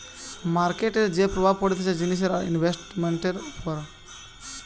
মার্কেটের যে প্রভাব পড়তিছে জিনিসের আর ইনভেস্টান্টের উপর